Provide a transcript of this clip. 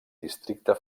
districte